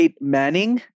Manning